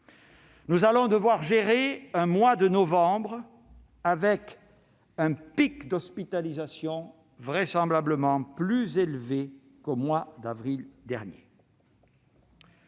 Nous allons devoir gérer un mois de novembre avec un pic d'hospitalisations vraisemblablement plus élevé qu'au mois d'avril dernier.